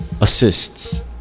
assists